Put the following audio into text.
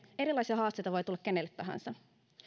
erilaisia haasteita voi tulla kenelle tahansa